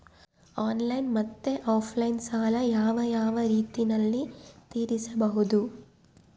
Online ಮತ್ತೆ offline ಸಾಲ ಯಾವ ಯಾವ ರೇತಿನಲ್ಲಿ ತೇರಿಸಬಹುದು?